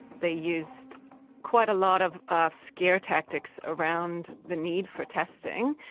they used quite a lot of of scare tactics around the need for testing.